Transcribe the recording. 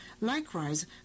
Likewise